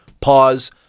pause